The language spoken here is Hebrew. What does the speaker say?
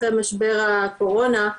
אחרי משבר הקורונה,